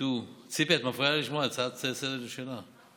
ציפי, את מפריעה לה לשמוע, זו הצעה שלה לסדר-היום.